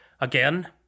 Again